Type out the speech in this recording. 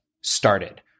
started